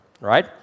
right